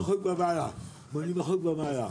80% ומעלה.